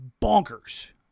bonkers